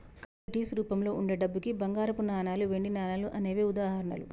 commodities రూపంలో వుండే డబ్బుకి బంగారపు నాణాలు, వెండి నాణాలు అనేవే ఉదాహరణలు